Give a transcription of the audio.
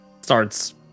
Starts